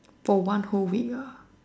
for one whole week ah